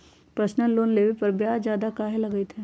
Personal loan लेबे पर ब्याज ज्यादा काहे लागईत है?